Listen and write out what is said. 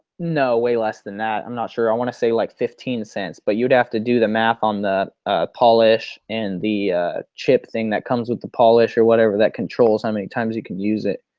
no, way less than that. i'm not sure, i want to say like fifteen cents but you'd have to do the math on the ah polish and the chip thing that comes with the polish or whatever that controls how many times you can use it.